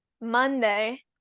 Monday